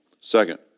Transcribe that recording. Second